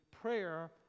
prayer